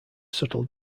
subtle